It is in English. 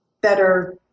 better